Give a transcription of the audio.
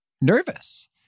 nervous